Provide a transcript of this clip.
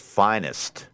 finest